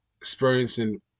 experiencing